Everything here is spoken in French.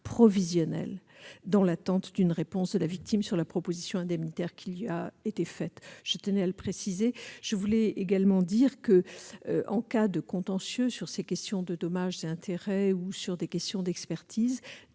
provisionnel, dans l'attente d'une réponse de la victime sur la proposition indemnitaire qui lui a été faite. Je tiens également à vous rappeler que, en cas de contentieux sur ces questions de dommages et intérêts, ou sur des questions d'expertise,